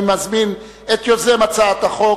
אני מזמין את יוזם הצעת החוק,